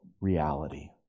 reality